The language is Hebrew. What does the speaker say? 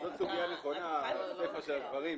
זו סוגיה נכונה בסיפא של הדברים,